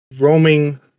roaming